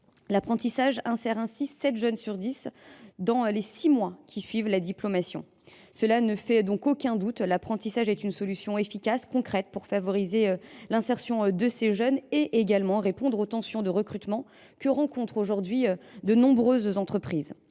l’emploi : sept jeunes sur dix dans les six mois qui suivent la diplomation. Cela ne fait donc aucun doute : l’apprentissage est une solution efficace et concrète pour favoriser l’insertion des jeunes et pour répondre aux tensions de recrutement que rencontrent de nombreuses entreprises.